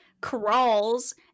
crawls